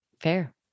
Fair